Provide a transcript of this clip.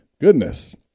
Goodness